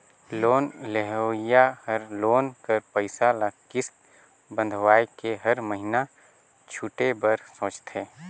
loan लेहोइया हर loan कर पइसा ल किस्त बंधवाए के हर महिना छुटे बर सोंचथे